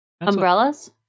Umbrellas